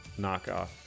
knockoff